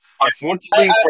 unfortunately